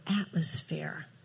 atmosphere